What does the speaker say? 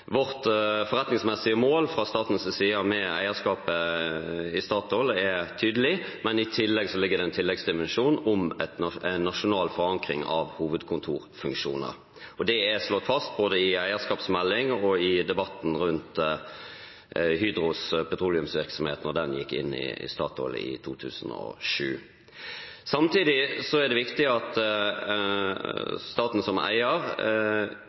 Vårt forretningsmessige mål fra statens side med eierskapet i Statoil er tydelig, men det ligger også en tilleggsdimensjon her om en nasjonal forankring av hovedkontorfunksjoner. Det er slått fast både i eierskapsmeldingen og i debatten rundt Hydros petroleumsvirksomhet da den gikk inn i Statoil i 2007. Samtidig er det viktig at staten som eier